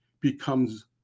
Becomes